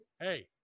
Hey